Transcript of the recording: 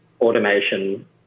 automation